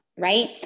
right